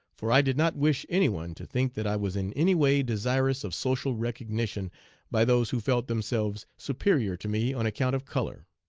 for i did not wish any one to think that i was in any way desirous of social recognition by those who felt themselves superior to me on account of color.